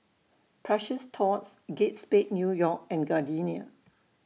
Precious Thots Kate Spade New York and Gardenia